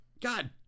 God